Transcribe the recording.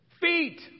Feet